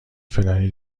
فلانی